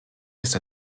ist